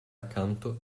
accanto